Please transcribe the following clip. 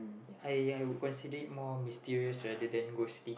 I I would consider it more mysterious rather than ghostly